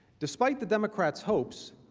despite the democrats hopes,